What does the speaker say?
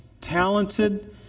talented